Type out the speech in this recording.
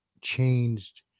changed